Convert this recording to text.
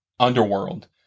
underworld